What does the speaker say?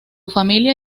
familia